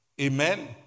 Amen